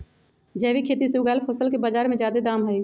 जैविक खेती से उगायल फसल के बाजार में जादे दाम हई